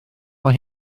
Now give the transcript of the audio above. mae